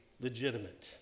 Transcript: legitimate